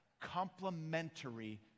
complementary